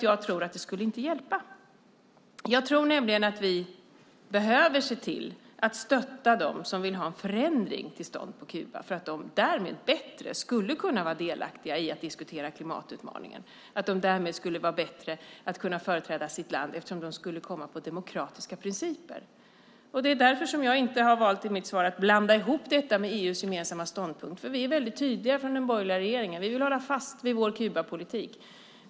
Jag tror inte att det skulle hjälpa. Jag tror nämligen att vi behöver se till att stötta dem som vill ha en förändring till stånd på Kuba, eftersom de med demokratiska principer bättre skulle kunna företräda sitt land och vara delaktiga i att diskutera klimatutmaningen. Det är därför jag i mitt svar har valt att inte blanda ihop detta med EU:s gemensamma ståndpunkt, för vi är väldigt tydliga från den borgerliga regeringen: Vi vill hålla fast vid vår Kubapolitik.